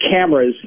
cameras